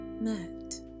met